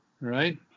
right